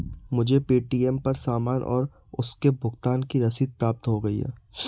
मुझे पे.टी.एम पर सामान और उसके भुगतान की रसीद प्राप्त हो गई है